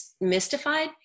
mystified